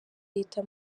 leta